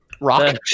Rock